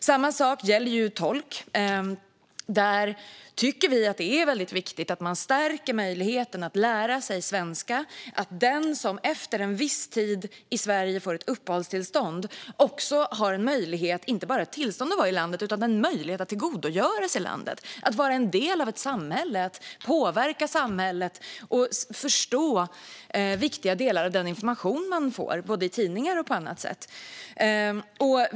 Samma sak gäller frågan om tolk. Vi tycker att det är viktigt att möjligheten att lära sig svenska stärks. Den som efter en viss tid i Sverige får ett uppehållstillstånd ska inte bara ha tillstånd att vistas i landet utan också en möjlighet att tillgodogöra sig landet, vara en del av ett samhälle, påverka samhället och förstå viktiga delar av den information man får i tidningar och på annat sätt.